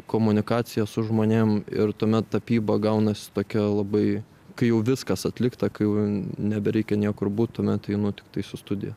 komunikacija su žmonėm ir tuomet tapyba gaunasi tokia labai kai jau viskas atlikta kai jau nebereikia niekur būt tuomet einu tiktais į studiją